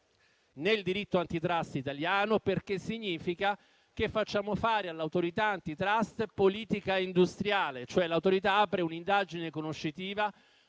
nel diritto *antitrust* italiano, perché significa che facciamo fare all'Autorità *antitrust* politica industriale: l'Autorità apre un'indagine conoscitiva,